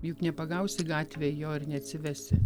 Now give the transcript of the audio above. juk nepagausi gatvėj jo ir neatsivesi